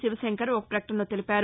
శివశంకర్ ఒక ప్రకటనలో తెలిపారు